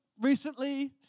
recently